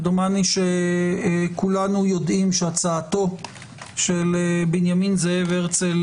דומני שכולנו יודעים שהצעתו של בנימן זאב הרצל,